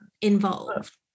involved